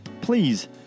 please